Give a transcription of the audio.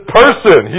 person